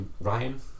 Ryan